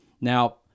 Now